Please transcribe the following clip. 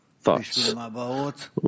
thoughts